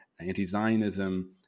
Anti-Zionism